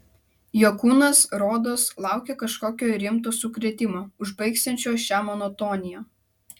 jo kūnas rodos laukė kažkokio rimto sukrėtimo užbaigsiančio šią monotoniją